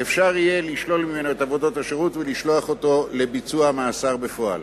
יהיה אפשר לשלול ממנו את עבודות השירות ולשלוח אותו למאסר בפועל.